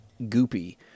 goopy